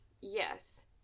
Yes